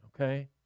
okay